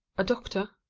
a doctor.